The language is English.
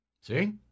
See